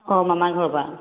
অঁ মামা ঘৰৰ পৰা